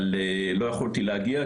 אבל לא יכולתי להגיע,